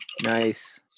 Nice